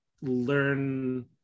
learn